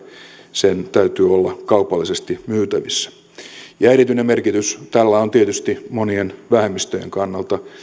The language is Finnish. sen täytyy olla kaupallisesti myytävissä erityinen merkitys tällä on tietysti monien vähemmistöjen kannalta